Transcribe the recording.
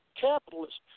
capitalists